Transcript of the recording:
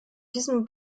diesem